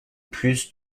plus